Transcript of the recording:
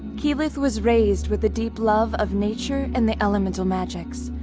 keyleth was raised with a deep love of nature and the elemental magics.